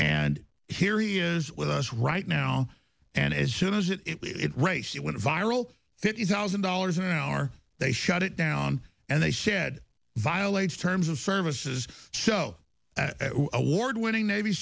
and here he is with us right now and as soon as it it raised it went viral fifty thousand dollars an hour they shut it down and they said violated terms of services so award winning navy